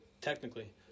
technically